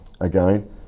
again